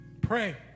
Pray